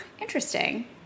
interesting